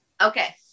Okay